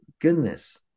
goodness